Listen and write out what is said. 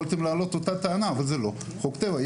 יכולתם להעלות את אותה טענה אבל זה לא חוק טבע.